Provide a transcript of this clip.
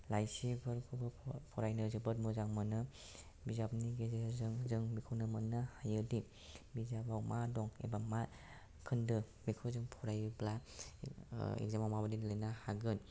लाइसिफोरखौबो फरायनो जोबोद मोजां मोनो बिजाबनि गेजेरजों जों बेखौनो मोननो हायोदि बिजाबाव मा दं एबा मा खोन्दो बेखौ जों फरायोब्ला एग्जामाव माबायदि लिरनो हागोन